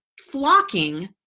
flocking